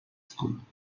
school